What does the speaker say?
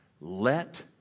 Let